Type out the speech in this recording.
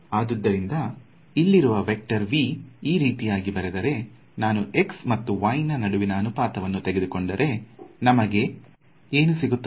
ಆದುದರಿಂದ ಇಲ್ಲಿರುವ vector V ಈ ರೀತಿಯಾಗಿ ಬರೆದರೆ ನಾನು x ಮತ್ತು y ನಾ ನಡುವಿನ ಅನುಪಾತವನ್ನು ತೆಗೆದುಕೊಂಡರೆ ನಮಗೆ ಈನು ಸಿಗುತ್ತದೆ